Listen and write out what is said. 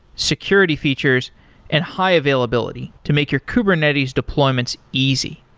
security features and high availability to make your kubernetes deployments easy.